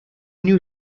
new